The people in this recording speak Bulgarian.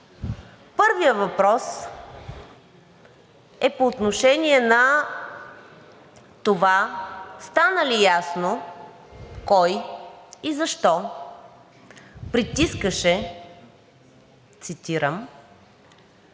Първият въпрос е по отношение на това, стана ли ясно кой и защо „притискаше“ – цитирам,